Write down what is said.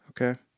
Okay